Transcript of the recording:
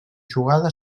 jugada